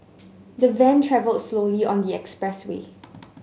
the van travelled slowly on the expressway